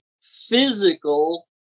physical